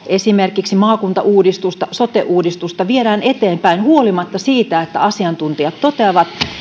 esimerkiksi maakuntauudistusta sote uudistusta viedään eteenpäin huolimatta siitä että asiantuntijat toteavat